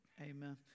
Amen